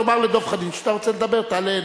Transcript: תאמר לדב חנין שאתה רוצה לדבר, תעלה הנה.